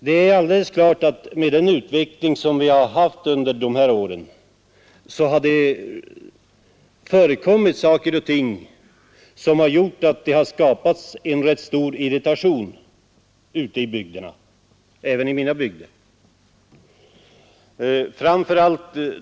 Det är alldeles klart att med den utveckling som ägt rum under de här åren har det förekommit saker och ting som skapat rätt stor irritation ute i bygderna, även i mina bygder.